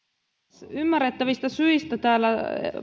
puhemies ymmärrettävistä syistä täällä